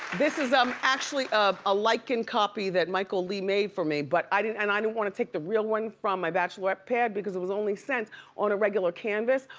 this is um actually um a likened copy that michael lee made for me, but i didn't and i didn't want to take the real one from my bachelorette pad because it was only sent on a regular canvas,